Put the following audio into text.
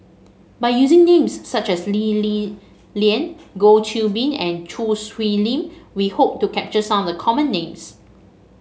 by using names such as Lee Li Lian Goh Qiu Bin and Choo Hwee Lim we hope to capture some of the common names